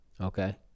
Okay